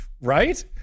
right